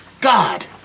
God